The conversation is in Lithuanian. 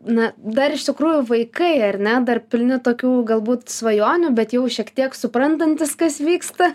na dar iš tikrųjų vaikai ar ne dar pilni tokių galbūt svajonių bet jau šiek tiek suprantantys kas vyksta